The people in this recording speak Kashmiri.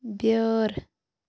بیٛٲر